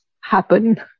happen